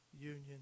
union